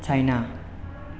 China